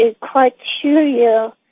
Criteria